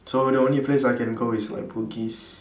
so the only place I can go is like bugis